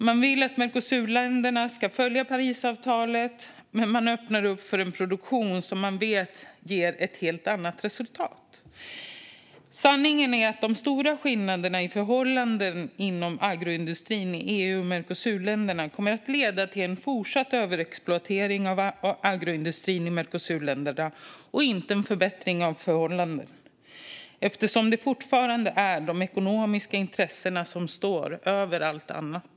Man vill att Mercosurländerna ska följa Parisavtalet, men man öppnar upp för en produktion som man vet ger ett helt annat resultat. Sanningen är att de stora skillnaderna mellan EU och Mercosurländerna när det gäller förhållandena inom agroindustrin kommer att leda till en fortsatt överexploatering av agroindustrin i Mercosurländerna, inte till en förbättring av förhållandena, eftersom det fortfarande är de ekonomiska intressena som står över allt annat.